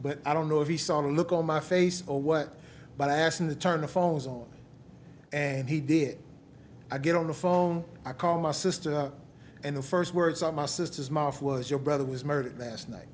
but i don't know if he saw the look on my face or what but i asked him to turn the phones on and he did i get on the phone i call my sister and the first words are my sister's mof was your brother was murdered last night